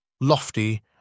lofty